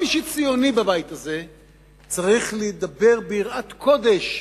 וכל מי שציוני בבית הזה צריך לדבר ביראת קודש